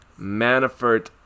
Manafort